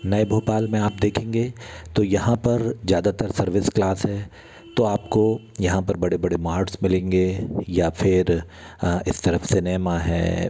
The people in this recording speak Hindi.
नए भोपाल में आप देखेंगे तो यहाँ पर ज़्यादातर सर्विस क्लास है तो आपको यहाँ पर बड़े बड़े मार्ट्स मिलेंगे या फिर इस तरफ सिनेमा है